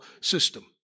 system